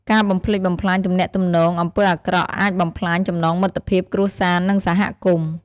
ការបំផ្លិចបំផ្លាញទំនាក់ទំនង អំពើអាក្រក់អាចបំផ្លាញចំណងមិត្តភាព គ្រួសារ និងសហគមន៍។